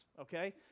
okay